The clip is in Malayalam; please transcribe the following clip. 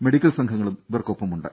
മെഡിക്കൽ സംഘങ്ങളും ഇവർക്കൊപ്പമുണ്ട്